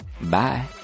Bye